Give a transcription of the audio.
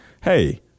hey